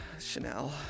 Chanel